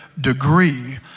degree